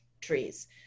trees